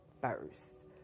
first